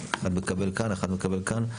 אחד מקבל כאן, אחד מקבל כאן.